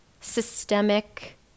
systemic